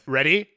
Ready